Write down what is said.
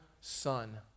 son